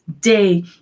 day